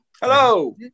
hello